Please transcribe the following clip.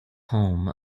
home